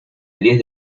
diez